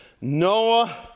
Noah